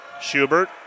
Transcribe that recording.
Schubert